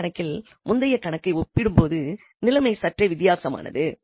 இந்த கணக்கில் முந்தைய கணக்கை ஒப்பிடும்போது நிலைமை சற்றே வித்தியாசமானது